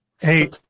Hey